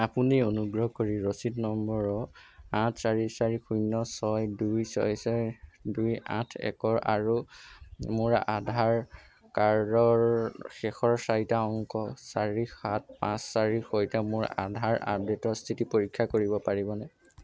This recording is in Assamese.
আপুনি অনুগ্ৰহ কৰি ৰচিদ নম্বৰৰ আঠ চাৰি চাৰি শূন্য ছয় দুই ছয় ছয় দুই আঠ একৰ আৰু মোৰ আধাৰ কাৰ্ডৰ শেষৰ চাৰিটা অংক চাৰি সাত পাঁচ চাৰিৰ সৈতে মোৰ আধাৰ আপডেটৰ স্থিতি পৰীক্ষা কৰিব পাৰিবনে